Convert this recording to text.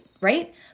right